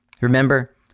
Remember